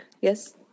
Yes